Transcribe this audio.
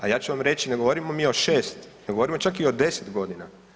A ja ću vam reći, ne govorimo mi o 6, nego govorimo čak i o 10 godina.